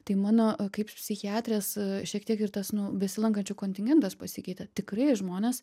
tai mano kaip psichiatrės šiek tiek ir tas nu besilankančių kontingentas pasikeitė tikrai žmonės